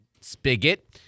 spigot